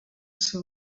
ser